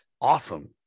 awesome